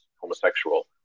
homosexual